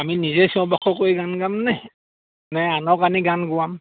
আমি নিজে চব কৰি গান গাম নে নে আনক আনি গান গোৱাম